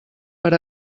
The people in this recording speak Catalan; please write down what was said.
per